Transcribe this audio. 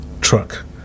truck